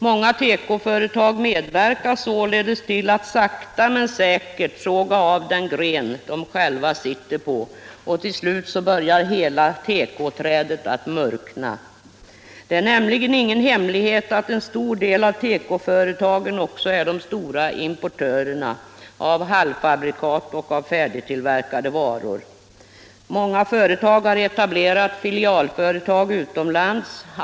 Många tekoföretag medverkar således till att sakta men säkert såga av den gren som de själva sitter på, och till slut börjar hela tekoträdet att murkna. Det är nämligen ingen hemlighet att en stor del av tekoföretagen också är de stora importörerna av halvfabrikat och färdigtillverkade varor. Många företag har etablerat filialföretag utomlands.